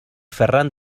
ferran